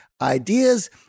ideas